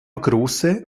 große